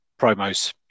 promos